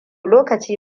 lokaci